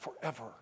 forever